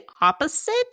opposite